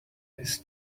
his